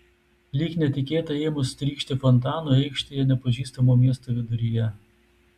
lyg netikėtai ėmus trykšti fontanui aikštėje nepažįstamo miesto viduryje